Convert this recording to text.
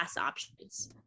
options